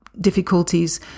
difficulties